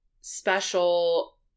special